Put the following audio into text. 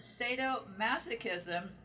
sadomasochism